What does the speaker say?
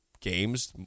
games